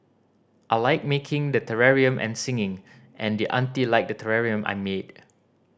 I like making the terrarium and singing and the auntie liked the terrarium I made